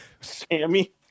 Sammy